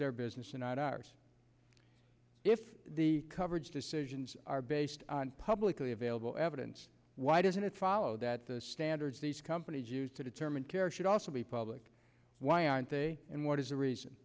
their business and our ours if the coverage decisions are based on publicly available evidence why doesn't it follow that the standards these companies use to determine care should also be public why aren't they and what is the reason